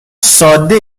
ساده